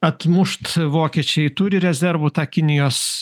atmušt vokiečiai turi rezervų tą kinijos